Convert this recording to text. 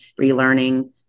relearning